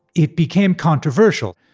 it became controversial.